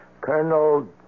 Colonel